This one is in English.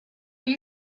you